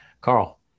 Carl